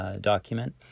document